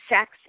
sex